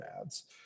ads